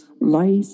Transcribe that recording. Life